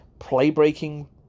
play-breaking